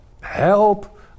help